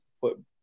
put